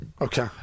Okay